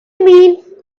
mean